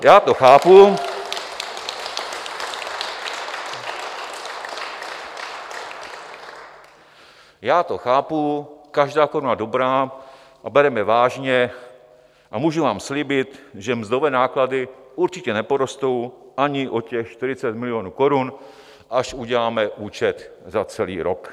Já to chápu... ... já to chápu, každá koruna dobrá, a bereme vážně a můžu vám slíbit, že mzdové náklady určitě neporostou ani o těch 40 milionů korun, až uděláme účet za celý rok.